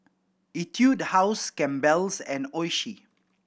Etude House Campbell's and Oishi